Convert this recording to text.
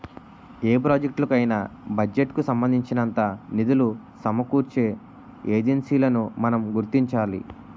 ఏ ప్రాజెక్టులకు అయినా బడ్జెట్ కు సంబంధించినంత నిధులు సమకూర్చే ఏజెన్సీలను మనం గుర్తించాలి